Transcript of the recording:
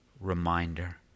reminder